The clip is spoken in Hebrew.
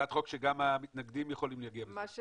הצעת חוק שגם המתנגדים יכולים להגיע ב-זום.